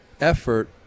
effort